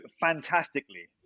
fantastically